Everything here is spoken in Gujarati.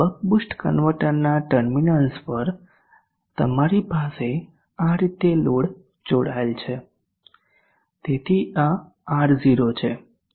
બક બૂસ્ટ કન્વર્ટરના ટર્મિનલ્સ પર તમારી પાસે આ રીતે લોડ જોડાયેલ છે તેથી આ R0 છે